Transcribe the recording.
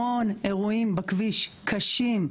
המון אירועים בכביש, קשים.